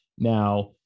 Now